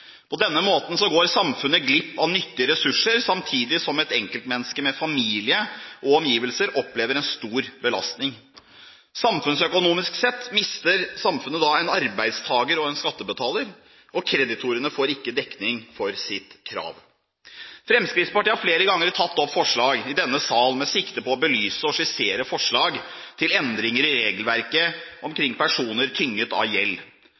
På denne måten går samfunnet glipp av nyttige ressurser, samtidig som et enkeltmenneske med familie og omgivelser opplever en stor belastning. Samfunnsøkonomisk sett mister samfunnet da en arbeidstaker og en skattebetaler, og kreditorene får ikke dekning for sine krav. Fremskrittspartiet har flere ganger tatt opp forslag i denne sal med sikte på å belyse og skissere forslag til endringer i regelverket omkring personer tynget av gjeld.